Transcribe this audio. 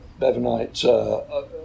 Bevanite